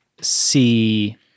see